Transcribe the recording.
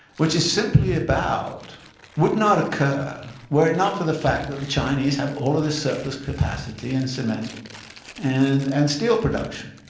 which is simply about would not occur were it not for the fact that the chinese have all of this surplus capacity in cement and and steel production.